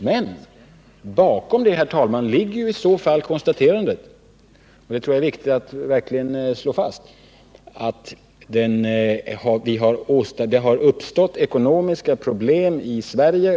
Men jag tror att det är viktigt att verkligen slå fast, herr talman, att bakom det ligger konstaterandet att det har uppstått ekonomiska problem i Sverige.